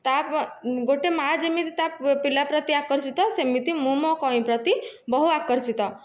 ତା ଗୋଟିଏ ମାଆ ଯେମିତି ତା ପିଲା ପ୍ରତି ଆକର୍ଷିତ ସେମିତି ମୁଁ ମୋ କଇଁ ପ୍ରତି ବହୁ ଆକର୍ଷିତ